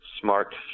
smart